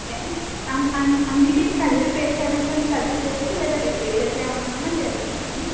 కే అన్నిటికీ కలిపి పే చెయ్యాలనుకున్నా కలిపి చెయ్యొచ్చు లేదా విడివిడిగా చెయ్యాలనుకున్నా చెయ్యొచ్చు మేడం